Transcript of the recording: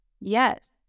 Yes